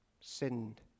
sinned